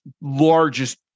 largest